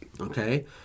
okay